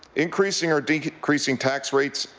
increasing or decreasing tax rates,